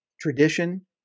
tradition